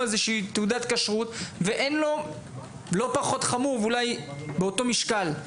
איזושהי תעודת כשרות ולא פחות חמור ואולי באותו המשקל,